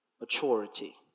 maturity